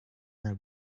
their